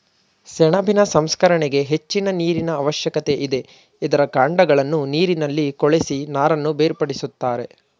ಸೆಣಬಿನ ಸಂಸ್ಕರಣೆಗೆ ಹೆಚ್ಚಿನ ನೀರಿನ ಅವಶ್ಯಕತೆ ಇದೆ, ಇದರ ಕಾಂಡಗಳನ್ನು ನೀರಿನಲ್ಲಿ ಕೊಳೆಸಿ ನಾರನ್ನು ಬೇರ್ಪಡಿಸುತ್ತಾರೆ